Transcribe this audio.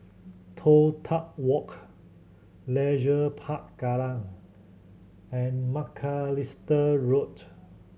Toh Tuck Walk Leisure Park Kallang and Macalister Road